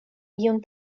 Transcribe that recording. iun